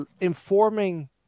informing